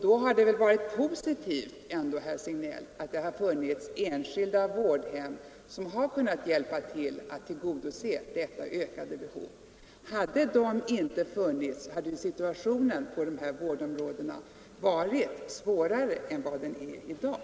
Då har det väl varit positivt, herr Signell, att det har funnits enskilda vårdhem som har kunnat hjälpa till att tillgodose det ökade behovet. Om de inte hade funnits, hade situationen på dessa vårdområden varit svårare än vad den är i dag.